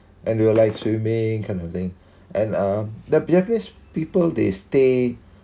and there were like swimming kind of thing and um that japanese people they stay